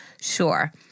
Sure